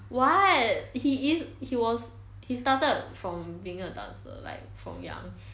what he is he was he started from being a dancer like from young